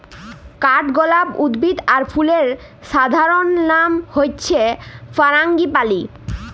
কাঠগলাপ উদ্ভিদ আর ফুলের সাধারণলনাম হচ্যে ফারাঙ্গিপালি